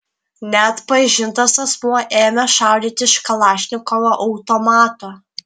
neatpažintas asmuo ėmė šaudyti iš kalašnikovo automato